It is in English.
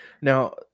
Now